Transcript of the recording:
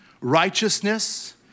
righteousness